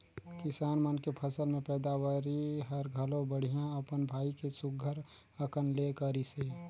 किसान मन के फसल के पैदावरी हर घलो बड़िहा अपन भाई के सुग्घर अकन ले करिसे